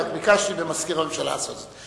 רק ביקשתי ממזכיר הממשלה לעשות זאת.